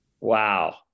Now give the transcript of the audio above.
Wow